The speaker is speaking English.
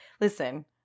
listen